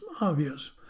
obvious